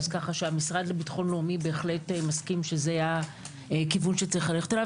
המשרד לביטחון לאומי מסכים על כך שזהו הכיוון שצריך ללכת אליו.